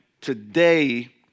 today